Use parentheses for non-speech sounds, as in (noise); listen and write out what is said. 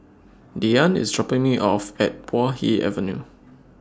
Diane IS dropping Me off At Puay Hee Avenue (noise)